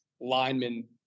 linemen